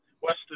Western